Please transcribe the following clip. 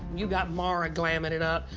you got marah glamming it up.